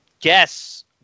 guess